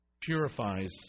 purifies